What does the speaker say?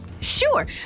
Sure